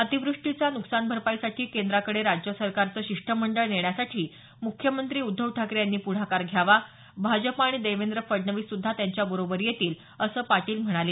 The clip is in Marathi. अतिवृष्टीच्या नुकसान भरपाईसाठी केंद्राकडे राज्य सरकारचं शिष्टमंडळ नेण्यासाठी मुख्यमंत्री उद्धव ठाकरे यांनी पुढाकार घ्यावा भाजप आणि देवेंद्र फडणवीस सुद्धा त्यांच्याबरोबर येतील असं पाटील म्हणाले